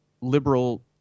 liberal